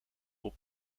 voor